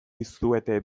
dizuete